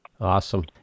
Awesome